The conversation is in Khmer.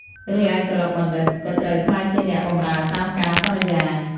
រីឯ កឡុកបណ្ឌិត្យ ក៏ត្រូវក្លាយជាអ្នកបម្រើតាមការសន្យា ។